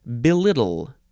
belittle